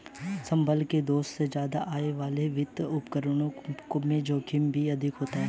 संभल के दोस्त ज्यादा आय वाले वित्तीय उपकरणों में जोखिम भी अधिक होता है